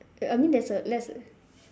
I mean there's a less